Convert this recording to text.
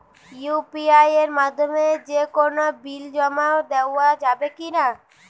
UPI এর মাধ্যমে যে কোনো বিল জমা দেওয়া যাবে কি না?